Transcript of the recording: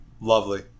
Lovely